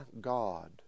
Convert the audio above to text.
God